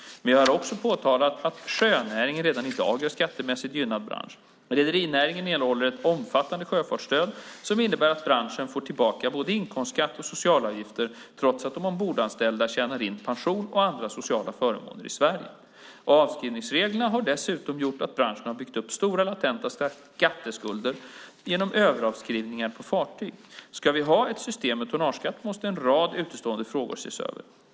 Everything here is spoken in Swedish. Men jag har också påtalat att sjöfartsnäringen redan i dag är en skattemässigt gynnad bransch. Rederinäringen erhåller ett omfattande sjöfartsstöd som innebär att branschen får tillbaka både inkomstskatt och socialavgifter trots att de ombordanställda tjänar in pension och andra sociala förmåner i Sverige. Avskrivningsreglerna har dessutom gjort att branschen har byggt upp stora latenta skatteskulder genom överavskrivningar på fartyg. Ska vi ha ett system med tonnageskatt måste en rad utestående frågor ses över.